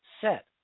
set